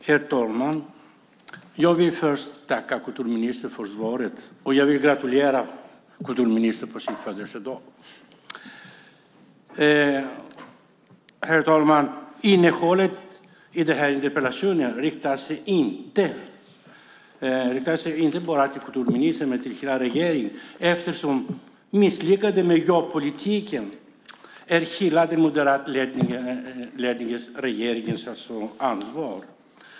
Herr talman! Jag vill först tacka kulturministern för svaret, och jag vill gratulera kulturministern på hennes födelsedag! Herr talman! Innehållet i interpellationen riktar sig inte bara till kulturministern utan till hela regeringen eftersom den misslyckade politiken är hela den moderatledda regeringens ansvar.